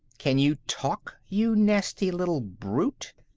can you talk, you nasty little brute?